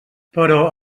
però